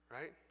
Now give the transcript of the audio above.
right